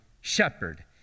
shepherd